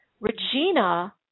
Regina